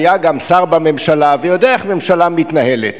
שהיה גם שר בממשלה ויודע איך ממשלה מתנהלת: